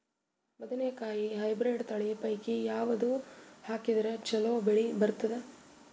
ಬದನೆಕಾಯಿ ಹೈಬ್ರಿಡ್ ತಳಿ ಪೈಕಿ ಯಾವದು ಹಾಕಿದರ ಚಲೋ ಬೆಳಿ ಬರತದ?